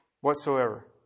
whatsoever